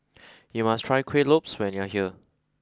you must try Kueh Lopes when you are here